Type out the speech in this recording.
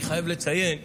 אני חייב לציין,